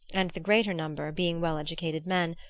and the greater number, being well-educated men,